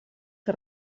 que